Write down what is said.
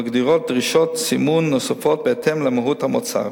המגדירות דרישות סימון נוספות בהתאם למהות המוצר.